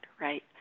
right